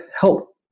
help